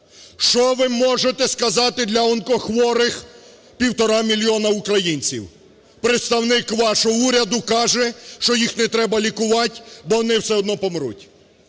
Що ви можете сказати для онкохворих 1,5 мільйона українців? Представник вашого уряду кажу, що їх не треба лікувати, бо вони все одно помруть.